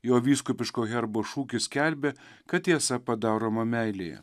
jo vyskupiško herbo šūkis skelbė kad tiesa padaroma meilėje